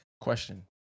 Question